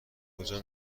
کجا